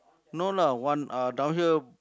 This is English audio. no lah one ah down here